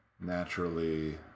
Naturally